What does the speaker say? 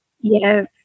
Yes